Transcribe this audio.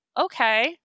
okay